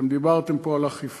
אתם דיברתם פה על אכיפה